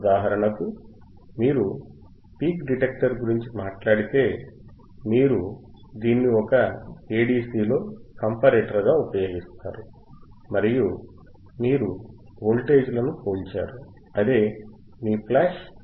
ఉదాహరణకు మీరు peak detector గురించి మాట్లాడితే మీరు దీన్ని ఒక ADC లో కాంపారేటర్గా ఉపయోగిస్తారు మరియు మీరు వోల్టేజ్లను పోల్చారు అదే మీ ఫ్లాష్ ADC